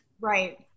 Right